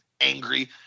angry